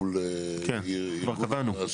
כן, כבר קבענו.